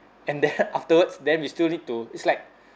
and then afterwards then we still need to it's like